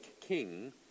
king